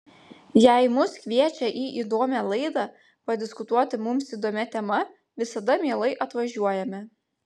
jei mus kviečia į įdomią laidą padiskutuoti mums įdomia tema visada mielai atvažiuojame